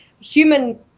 human